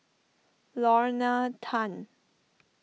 Lorna Tan